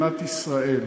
מדינת ישראל,